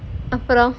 okay